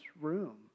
room